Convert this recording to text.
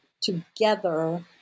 together